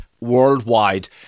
worldwide